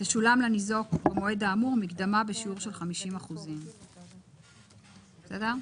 "תשולם לניזוק במעוד האמור מקדמה בשיעור של 50%". בסדר?